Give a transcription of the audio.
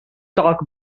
talk